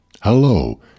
Hello